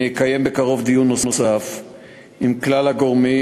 אני אקיים בקרוב דיון נוסף עם כלל הגורמים,